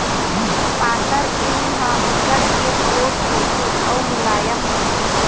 पातर ऊन ह बिकट के पोठ होथे अउ मुलायम होथे